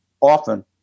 often